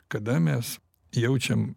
kada mes jaučiam